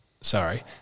Sorry